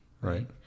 right